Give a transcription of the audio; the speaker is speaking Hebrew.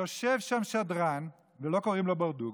יושב שם שדרן, לא קוראים לו ברדוגו,